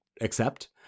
accept